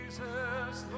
Jesus